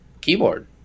keyboard